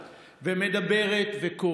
זה שגברתי יושבת כאן ומדברת וקוראת